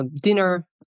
dinner